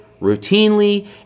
routinely